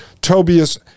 Tobias